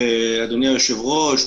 אדוני היושב-ראש,